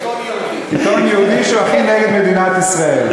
זה עיתון יהודי שהוא הכי נגד מדינת ישראל.